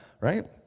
right